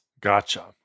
Gotcha